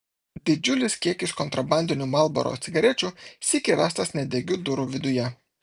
didžiulis kiekis kontrabandinių marlboro cigarečių sykį rastas nedegių durų viduje